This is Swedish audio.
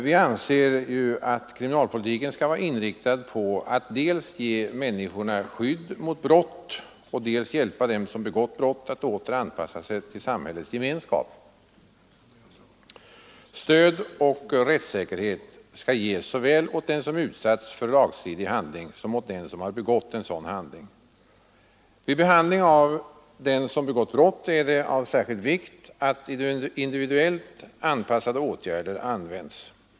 Vi anser att kriminalpolitiken skall vara inriktad på att dels ge människorna skydd mot brott, dels hjälpa dem som begått brott att åter anpassa sig till samhällets gemenskap. Stöd och rättssäkerhet skall ges såväl åt den som utsatts för en lagstridig handling som åt den som begått en sådan handling. Vid behandling av den som begått brott är det av största vikt att individuellt anpassade åtgärder används.